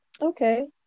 Okay